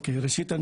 ראשית,